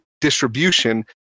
distribution